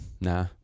Nah